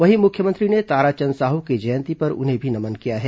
वहीं मुख्यमंत्री ने ताराचंद साहू की जयंती पर उन्हें भी नमन किया है